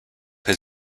his